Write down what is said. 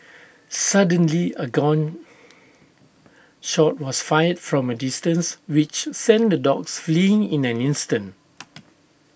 suddenly A gun shot was fired from A distance which sent the dogs fleeing in an instant